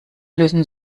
lösen